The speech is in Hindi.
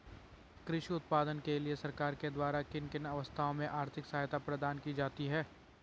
कृषि उत्पादन के लिए सरकार के द्वारा किन किन अवस्थाओं में आर्थिक सहायता प्रदान की जाती है?